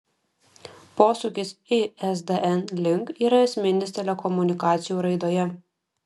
posūkis isdn link yra esminis telekomunikacijų raidoje